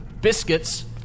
biscuits